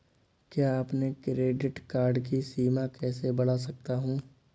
मैं अपने credit card की सीमा कैसे बढ़ा सकता हूँ?